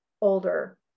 older